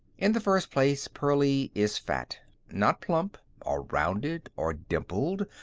in the first place, pearlie is fat. not, plump, or rounded, or dimpled,